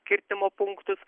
kirtimo punktus